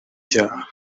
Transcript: cyaha